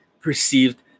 perceived